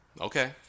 Okay